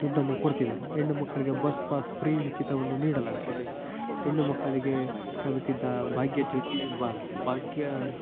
ದುಡ್ಡನ್ನು ಕೊಡ್ತಿದ್ದಾರೆ ಹೆಣ್ಣುಮಕ್ಕಳಿಗೆ ಬಸ್ ಪಾಸ್ ಫ್ರೀ ಉಚಿತವನ್ನು ನೀಡಲಾಗುತ್ತಿದೆ ಹೆಣ್ಣುಮಕ್ಕಳಿಗೆ ಉಚಿತ ಭಾಗ್ಯಜ್ಯೋತಿ ವಾಲಾ ಭಾಗ್ಯ